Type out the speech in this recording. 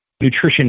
Nutrition